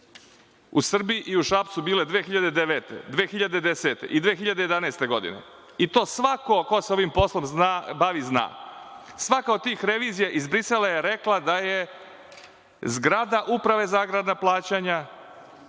u Srbiji i u Šapcu bile 2009, 2010. i 2011. godine i to svako ko se ovim poslom bavi zna. Svaka od tih revizija iz Brisela je rekla da je zgrada Uprave za agrarna plaćanja